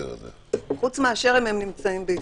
חוץ מאשר אם הם נמצאים בישראל.